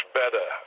better